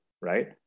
right